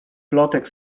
plotek